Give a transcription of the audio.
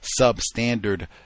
substandard